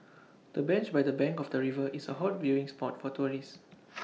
the bench by the bank of the river is A hot viewing spot for tourists